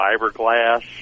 fiberglass